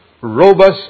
robust